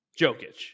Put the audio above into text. Jokic